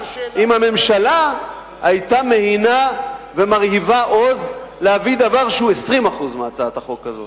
הממשלה היתה מהינה ומרהיבה עוז להביא דבר שהוא 20% מהצעת החוק הזאת.